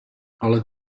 ale